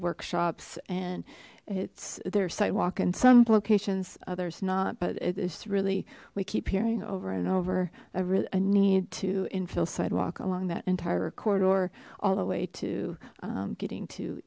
workshops and it's their sidewalk in some locations others not but it is really we keep hearing over and over a need to infill sidewalk along that entire corridor all the way to getting to